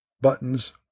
buttons